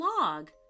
log